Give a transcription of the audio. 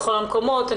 בכל המקומות,